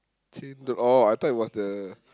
chain oh I thought it was the